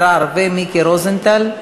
קארין אלהרר ומיקי רוזנטל.